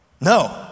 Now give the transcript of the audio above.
No